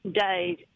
days